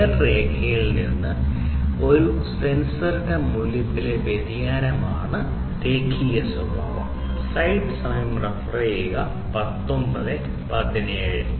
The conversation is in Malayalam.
നേർരേഖയിൽ നിന്ന് ഒരു സെൻസറിന്റെ മൂല്യത്തിന്റെ വ്യതിയാനമാണ് ലീനിയാരിറ്റി